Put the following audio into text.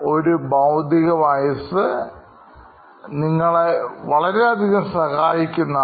ഒരു ഭൌതിക വയസ്സ് നിങ്ങളെ വളരെയധികം സഹായിക്കുന്നതാണ്